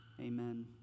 Amen